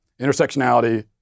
intersectionality